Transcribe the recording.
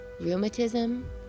Rheumatism